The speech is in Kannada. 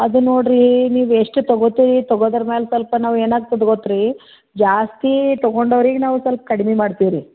ಅದು ನೋಡಿರಿ ನೀವು ಎಷ್ಟು ತಗೊಳ್ತೀರಿ ತಗೋದ್ರ ಮ್ಯಾಲ ಸ್ವಲ್ಪ ನಾವು ಏನಾಗ್ತದೆ ಗೊತ್ತು ರೀ ಜಾಸ್ತಿ ತಗೊಂಡೋರಿಗೆ ನಾವು ಸ್ವಲ್ಪ ಕಡಿಮೆ ಮಾಡ್ತೀವಿ ರೀ